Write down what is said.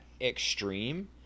extreme